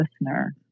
listener